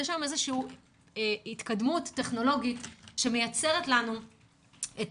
יש התקדמות טכנולוגית שמייצרת לנו את